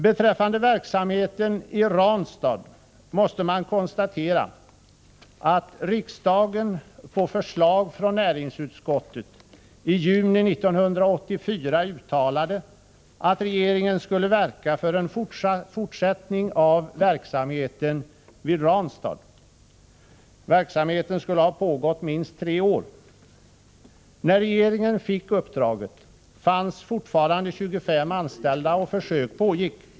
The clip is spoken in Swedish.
Beträffande verksamheten i Ranstad måste man konstatera att riksdagen på förslag från näringsutskottet i juni 1984 uttalade att regeringen skulle verka för en fortsättning av verksamheten i Ranstad. Verksamheten skulle ha pågått minst tre år. När regeringen fick uppdraget fanns det fortfarande 25 anställda och försök pågick.